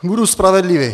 Budu spravedlivý.